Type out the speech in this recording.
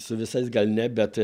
su visais gal ne bet